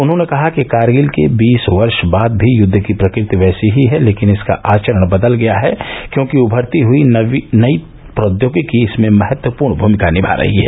उन्होंने कहा कि करगिल के बीस वर्ष बाद भी युद्ध की प्रकृति वैसी ही है लेकिन इसका आचरण बदल गया है क्योंकि उभरती हुई नई प्रौद्योगिकी इसमें महत्वपूर्ण भूमिका निभा रही हैं